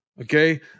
Okay